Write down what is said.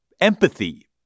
empathy